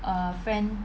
err friend